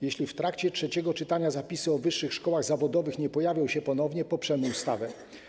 Jeśli w trakcie trzeciego czytania zapisy o wyższych szkołach zawodowych nie pojawią się ponownie, poprzemy ustawę.